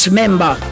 member